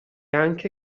anche